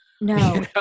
No